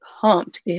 pumped